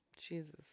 Jesus